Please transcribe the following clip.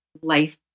life